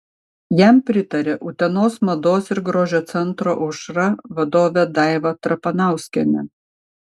jam pritarė utenos mados ir grožio centro aušra vadovė daiva trapnauskienė